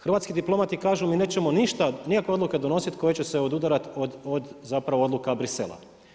Hrvatski diplomati kažu, mi nećemo ništa, nikakve odluke donositi koje će se odudarati od zapravo odluka Brisela.